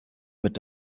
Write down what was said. mit